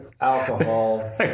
alcohol